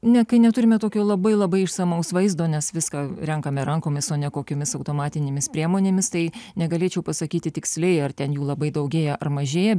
ne kai neturime tokio labai labai išsamaus vaizdo nes viską renkame rankomis o ne kokiomis automatinėmis priemonėmis tai negalėčiau pasakyti tiksliai ar ten jų labai daugėja ar mažėja